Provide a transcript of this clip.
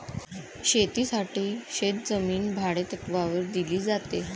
शेतीसाठी शेतजमीन भाडेतत्त्वावर दिली जाते